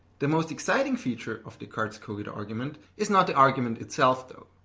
the most exciting feature of descartes's cogito argument is not the argument itself, though.